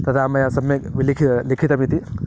तदा मया सम्यग् विलिखितं लिखितमिति